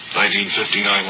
1959